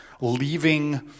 Leaving